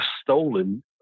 stolen